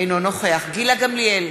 אינו נוכח גילה גמליאל,